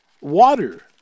water